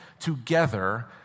together